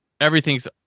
everything's